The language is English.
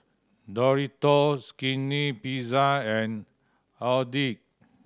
Doritos Skinny Pizza and Audi